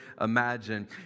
imagine